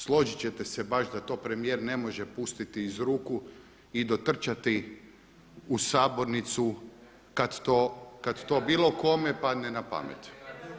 Složit ćete se baš da to premijer ne može pustiti iz ruku i dotrčati u sabornicu kad to bilo kome padne na pamet.